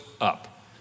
up